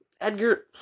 Edgar